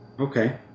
okay